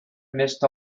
missed